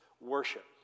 worship